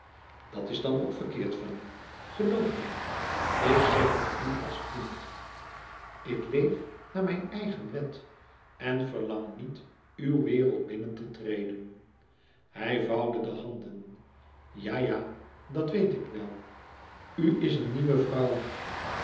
dat is dan ook verkeerd van u geloof mij ik zeg het u als vriend ik leef naar mijn eigen wet en verlang niet uw wereld binnen te treden hij vouwde de handen ja ja dat weet ik wel u is een nieuwe vrouw